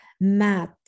math